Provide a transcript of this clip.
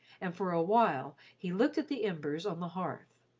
and for a while he looked at the embers on the hearth.